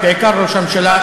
אבל בעיקר ראש הממשלה,